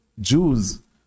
Jews